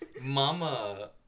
Mama